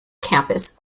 campus